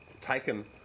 taken